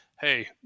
hey